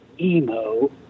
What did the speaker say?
emo